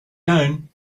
down